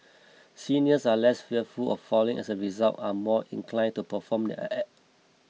seniors are less fearful of falling as a result are more inclined to perform their